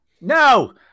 No